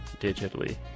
digitally